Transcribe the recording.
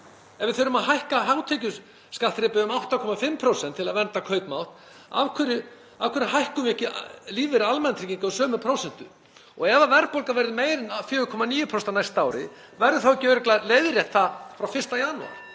Ef við þurfum að hækka hátekjuskattsþrepið um 8,5% til að vernda kaupmátt, af hverju hækkum við ekki lífeyri almannatrygginga um sömu prósentu? Og ef verðbólga verður meira en 4,9% á næsta ári, verður það þá ekki örugglega leiðrétt frá 1. janúar?